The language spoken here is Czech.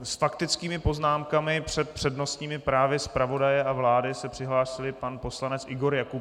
S faktickými poznámkami před přednostními právy zpravodaje a vlády se přihlásil pan poslanec Igor Jakubčík.